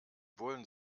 bullen